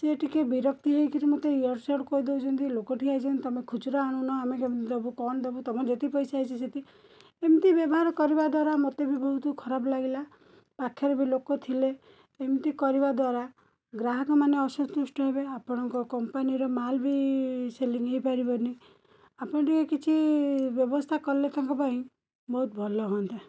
ସିଏ ଟିକିଏ ବିରକ୍ତି ହେଇ କରି ମୋତେ ଇଆଡ଼ୁ ସିଆଡ଼ୁ କହିଦେଉଛନ୍ତି ଲୋକ ଠିଆ ହେଇଛନ୍ତି ତୁମେ ଖୁଚୁରା ଆଣୁନ ଆମେ କେମିତି ଦେବୁ କ'ଣ ଦେବୁ ତୁମର ଯେତିକି ପଇସା ହେଇଛି ସେତିକି ଏମିତି ବ୍ୟବହାର କରିବା ଦ୍ଵାରା ମୋତେ ବି ବହୁତ ଖରାପ ଲାଗିଲା ପାଖରେ ବି ଲୋକ ଥିଲେ ଏମିତି କରିବା ଦ୍ଵାରା ଗ୍ରାହକମାନେ ଅସନ୍ତୁଷ୍ଟ ହେବେ ଆପଣଙ୍କ କମ୍ପାନୀର ମାଲ୍ ବି ସେଲିଙ୍ଗ ହେଇପାରିବନି ଆପଣ ଟିକିଏ କିଛି ବ୍ୟବସ୍ଥା କଲେ ତାଙ୍କ ପାଇଁ ବହୁତ ଭଲ ହୁଅନ୍ତା